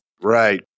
Right